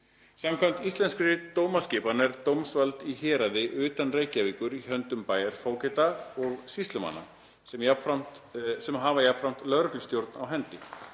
„Samkvæmt íslenskri dómstólaskipun er dómsvald í héraði utan Reykjavíkur í höndum bæjarfógeta og sýslumanna, sem hafa jafnframt lögreglustjórn á hendi.